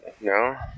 No